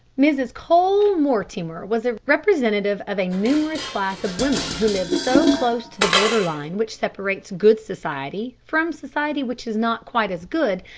mrs. cole-mortimer was a representative of a numerous class of women who live so close to the border-line which separates good society from society which is not quite as good,